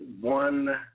one